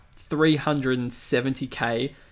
370k